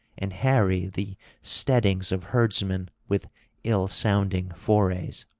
and harry the steadings of herdsmen with ill-sounding forays.